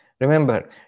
remember